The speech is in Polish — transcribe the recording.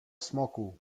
smoku